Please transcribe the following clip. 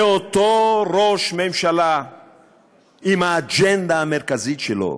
זה אותו ראש ממשלה עם האג'נדה המרכזית שלו,